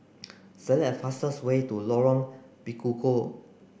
select fastest way to Lorong Bekukong